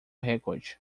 recorde